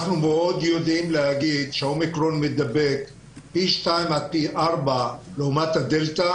אנחנו יודעים להגיד שה-אומיקרון מדבק פי שתיים עד פי ארבע לעומת ה-דלתא.